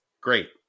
great